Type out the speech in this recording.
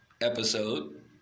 episode